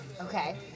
Okay